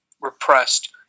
repressed